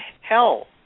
hell